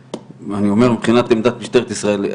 מבחינת עמדת משטרת ישראל,